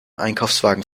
einkaufswagen